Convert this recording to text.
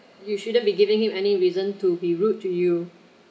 you shouldn't be giving him any reason to be rude to you